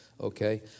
okay